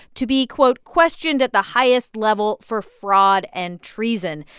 to be, quote, questioned at the highest level for fraud and treason.